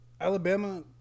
alabama